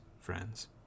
friends